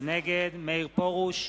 נגד מאיר פרוש,